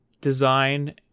design